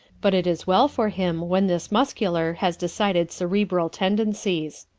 but it is well for him when this muscular has decided cerebral tendencies.